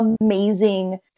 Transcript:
amazing